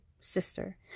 sister